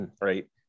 right